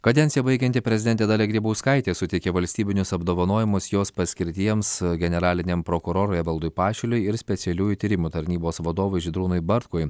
kadenciją baigianti prezidentė dalia grybauskaitė suteikė valstybinius apdovanojimus jos paskirtiems generaliniam prokurorui evaldui pašiliui ir specialiųjų tyrimų tarnybos vadovui žydrūnui bartkui